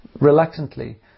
reluctantly